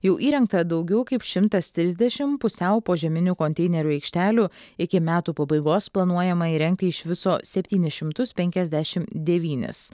jau įrengta daugiau kaip šimtas trisdešim pusiau požeminių konteinerių aikštelių iki metų pabaigos planuojama įrengti iš viso septynis šimtus penkiasdešim devynis